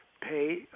pay